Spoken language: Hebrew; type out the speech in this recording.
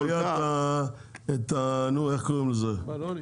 --- את הבלונים.